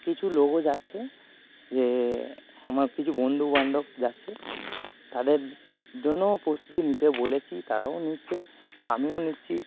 কিছু লোকও যাচ্ছে যে আমার কিছু বন্ধুবান্ধব যাচ্ছে তাদের জন্যও প্রস্তুতি নিতে বলেছি তারাও নিচ্ছে এবং আমিও নিচ্ছি